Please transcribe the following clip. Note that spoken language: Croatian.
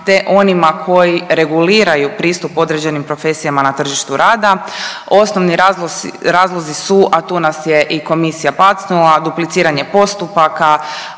te onima koji reguliraju pristup određenim profesijama na tržištu rada. Osnovni razlozi su, a tu nas je i komisija pacnula dupliciranje postupaka,